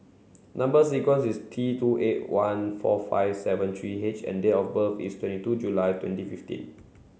number sequence is T two eight one four five seven three H and date of birth is twenty two July twenty fifteen